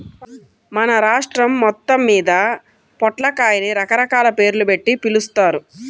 మన రాష్ట్రం మొత్తమ్మీద పొట్లకాయని రకరకాల పేర్లుబెట్టి పిలుస్తారు